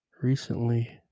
recently